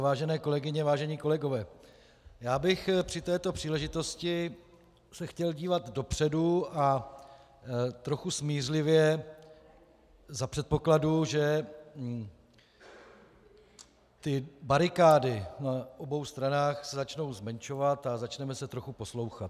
Vážené kolegyně, vážení kolegové, já bych se chtěl při této příležitosti dívat dopředu a trochu smířlivě za předpokladu, že ty barikády na obou stranách se začnou zmenšovat a začneme se trochu poslouchat.